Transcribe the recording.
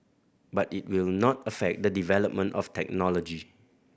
but it will not affect the development of technology